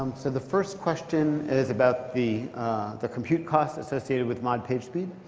so the first question is about the the compute costs associated with mod pagespeed.